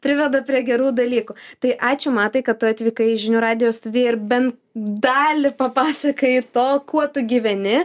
priveda prie gerų dalykų tai ačiū matai kad tu atvykai į žinių radijo studiją ir bent dalį papasakojai to kuo tu gyveni